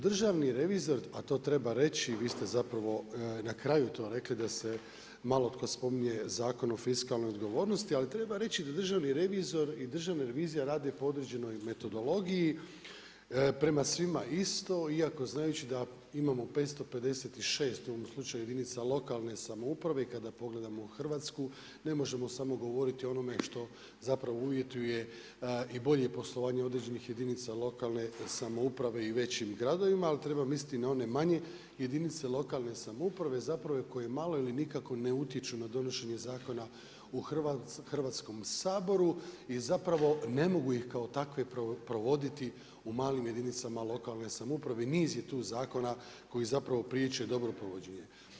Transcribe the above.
Državni revizor, a to treba reći, vi ste na kraju to rekli da se malo tko spominje Zakona o fiskalnoj odgovornosti, ali treba reći da državni revizor i Državna revizija rade po određenoj metodologiji prema svima, iako znajući da imamo 556 u ovom slučaju jedinica lokalne samouprave i kada pogledamo Hrvatsku ne možemo samo govoriti o onome što uvjetuje i bolje poslovanje određenih jedinica lokalne samouprave i većim gradovima, ali treba misliti i na one manje jedinice lokalne samouprave koje malo ili nikako ne utječu na donošenje zakona u Hrvatskom saboru i ne mogu ih kao takve provoditi u malim jedinicama lokalne samouprave, niz je tu zakona koji priječe dobro provođenje.